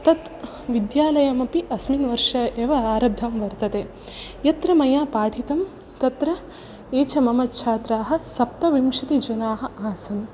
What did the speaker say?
तद् विद्यालयम् अपि अस्मिन् वर्षे एव आरब्धं वर्तते यत्र मया पाठितं तत्र ये च मम छात्राः सप्तविंशतिः जनाः आसन्